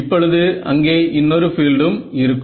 இப்பொழுது அங்கே இன்னொரு பீல்டும் இருக்கும்